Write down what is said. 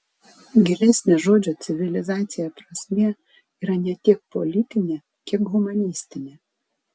gilesnė žodžio civilizacija prasmė yra ne tiek politinė kiek humanistinė